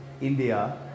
India